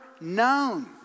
known